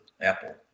apple